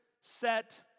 set